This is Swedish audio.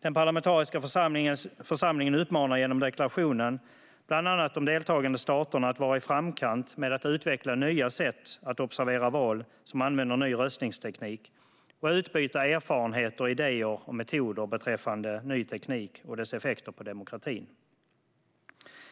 Den parlamentariska församlingen uppmanar genom deklarationen bland annat de deltagande staterna att vara i framkant med att utveckla nya sätt att observera val som använder ny röstningsteknik och att utbyta erfarenheter, idéer och metoder beträffande ny teknik och dess effekter på demokratin.